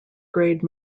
grade